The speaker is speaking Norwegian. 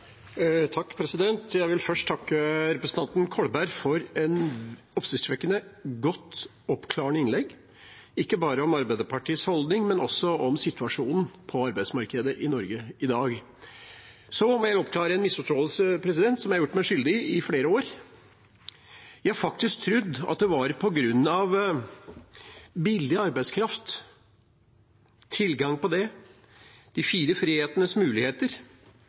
Kolberg for et oppsiktsvekkende godt og oppklarende innlegg, ikke bare om Arbeiderpartiets holdning, men også om situasjonen på arbeidsmarkedet i Norge i dag. Så må jeg oppklare en misforståelse som jeg har gjort meg skyldig i i flere år. Jeg har faktisk trodd at det var på grunn av tilgang på billig arbeidskraft, de fire frihetenes muligheter,